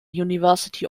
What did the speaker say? university